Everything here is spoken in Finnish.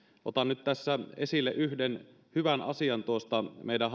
otan nyt tässä esille yhden hyvän asian meidän